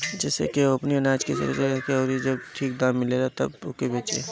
जेसे की उ अपनी आनाज के सुरक्षित रख सके अउरी जब ठीक दाम मिले तब ओके बेचे